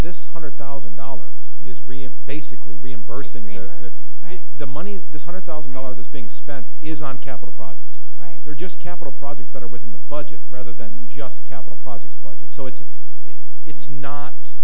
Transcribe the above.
this hundred thousand dollars is reem basically reimbursing right the money this hundred thousand dollars is being spent is on capital projects right there just capital projects that are within the budget rather than just capital projects budget so it's a it's not